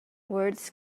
words